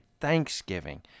Thanksgiving